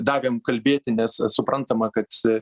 davėm kalbėti nes suprantama kad